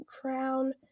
crown